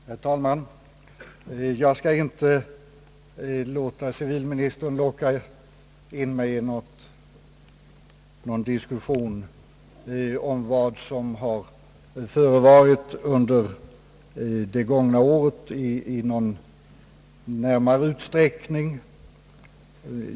Herr talman! Jag skall inte i någon större utsträckning låta civilministern locka in mig i diskussion om vad som har förevarit under det gångna året.